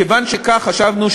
מכיוון שכך חשבנו,